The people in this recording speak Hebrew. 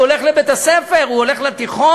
הוא הולך לבית-הספר, הוא הולך לתיכון,